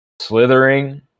slithering